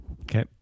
Okay